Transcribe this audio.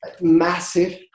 massive